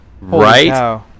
right